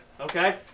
Okay